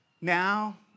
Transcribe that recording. Now